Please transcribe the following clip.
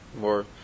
more